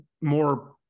more